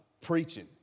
preaching